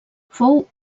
fou